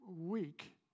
week